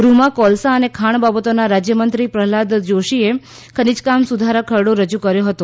ગૃહમાં કોલસા અને ખાણ બાબતોના રાજ્યમંત્રી પ્રહલાદ જોશીએ ખનીજકામ સુધારા ખરડો રજુ કર્યો હતો